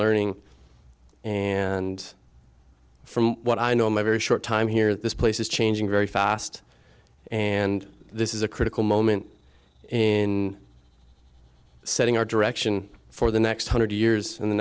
learning and from what i know my very short time here this place is changing very fast and this is a critical moment in setting our direction for the next hundred years and the